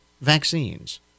vaccines